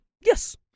Yes